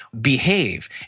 behave